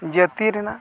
ᱡᱟᱹᱛᱤ ᱨᱮᱱᱟᱜ